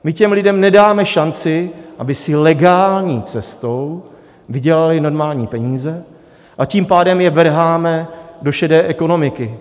My těm lidem nedáme šanci, aby si legální cestou vydělali normální peníze, a tím pádem je vrháme do šedé ekonomiky.